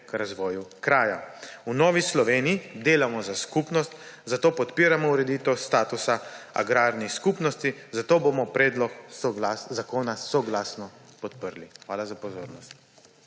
k razvoju kraja. V Novi Sloveniji delamo za skupnost, podpiramo ureditev statusa agrarnih skupnosti, zato bomo predlog zakona soglasno podprli. Hvala za pozornost.